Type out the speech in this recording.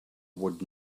would